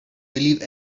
believe